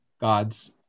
God's